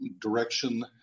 direction